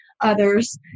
others